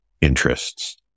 interests